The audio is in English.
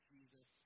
Jesus